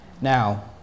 Now